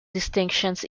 distinctions